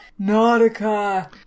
Nautica